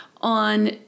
on